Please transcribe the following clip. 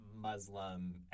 Muslim